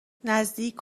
نزدیک